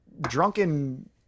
drunken